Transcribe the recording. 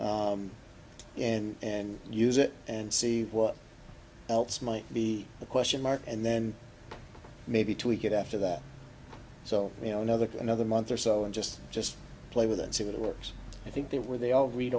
and and use it and see what else might be a question mark and then maybe tweak it after that so you know another another month or so and just just play with it see what works i think they were they all read